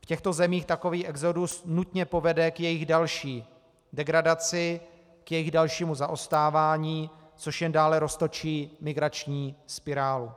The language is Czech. V těchto zemích takový exodus nutně povede k jejich další degradaci, k jejich dalšímu zaostávání, což jen dále roztočí migrační spirálu.